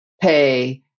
pay